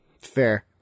Fair